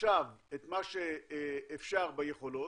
עכשיו את מה שאפשר ביכולות,